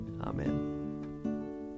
Amen